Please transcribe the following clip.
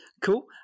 Cool